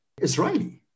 Israeli